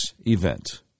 event